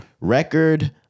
record